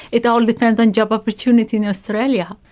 it all depends on job opportunities in australia.